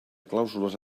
clàusules